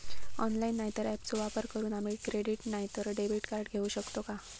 Online नाय तर ऍपचो वापर करून आम्ही क्रेडिट नाय तर डेबिट कार्ड घेऊ शकतो का?